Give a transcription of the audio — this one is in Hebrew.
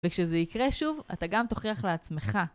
וכשזה יקרה שוב, אתה גם תוכיח לעצמך.